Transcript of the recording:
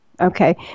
Okay